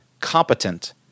competent